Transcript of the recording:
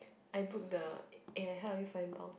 I book the eh I help you find bounce